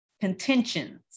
contentions